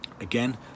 again